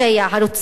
הרוצח,